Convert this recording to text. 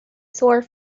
sore